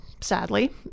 sadly